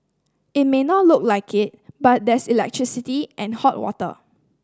it may not look like it but there's electricity and hot water